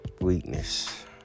weakness